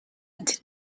did